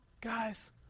guys